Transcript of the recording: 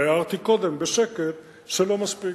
והערתי קודם בשקט שלא מספיק,